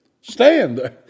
stand